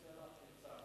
אני מציע לך עצה.